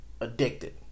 addicted